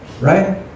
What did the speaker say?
Right